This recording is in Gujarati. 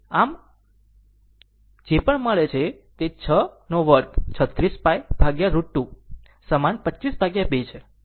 આમ જે પણ મળે છે તે 6236π √22 સમાન 252 છે